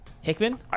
Hickman